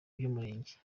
by’umurenge